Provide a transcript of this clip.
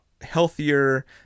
healthier